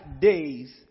days